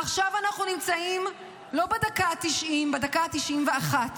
עכשיו אנחנו נמצאים לא בדקה ה-90, בדקה ה-91.